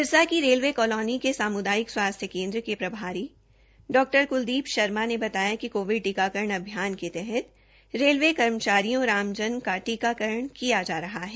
सिरसा की railway colony के सामूदायिक स्वास्थ्य केन्द्र के प्रभारी डॉ क्लदीप शर्मा ने बताया कि कोविड टीकाकरण अभियान के तहत रेलवे कर्मचारियों और आमजन का टीकाकरण किया जा रहा है